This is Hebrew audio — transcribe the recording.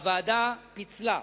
הוועדה פיצלה,